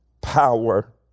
power